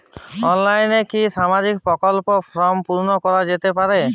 অনলাইনে কি সামাজিক প্রকল্পর ফর্ম পূর্ন করা যেতে পারে?